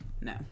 No